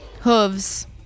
Hooves